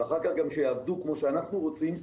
ואחר כך גם שיעבדו כמו שאנחנו רוצים,